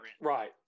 Right